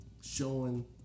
showing